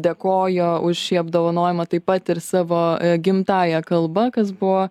dėkojo už šį apdovanojimą taip pat ir savo gimtąja kalba kas buvo